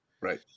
right